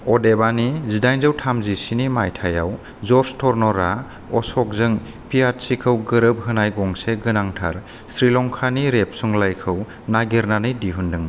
अदेबानि जिदाइनजौ थामजिस्नि मायथाइयाव ज'र्ज टार्नारआ अश'कजों पियादसीखौ गोरोब होनाय गंसे गोनांथार श्रिलंकानि रेबसुंलाइखौ नागिरनानै दिहुनदोंमोन